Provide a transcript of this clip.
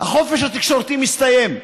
החופש התקשורתי מסתיים.